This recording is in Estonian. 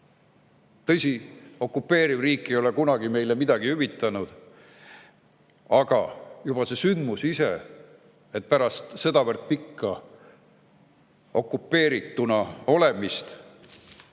Tõsi, okupeeriv riik ei ole kunagi meile midagi hüvitanud. Aga juba see sündmus ise pärast sedavõrd pikka okupeerituna olemist!